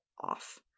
off